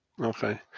okay